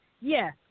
Yes